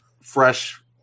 fresh